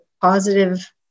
positive